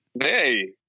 Hey